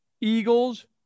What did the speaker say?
Eagles